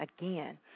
again